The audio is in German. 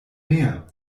mehr